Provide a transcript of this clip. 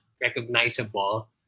recognizable